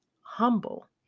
humble